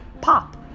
pop